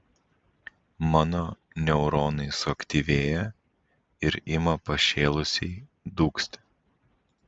mano neuronai suaktyvėja ir ima pašėlusiai dūgzti